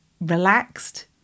relaxed